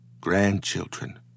grandchildren